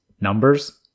numbers